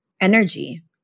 energy